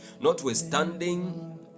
Notwithstanding